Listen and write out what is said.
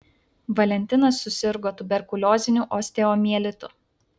valentinas susirgo tuberkulioziniu osteomielitu